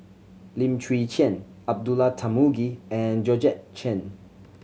Lim Chwee Chian Abdullah Tarmugi and Georgette Chen